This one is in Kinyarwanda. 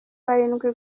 barindwi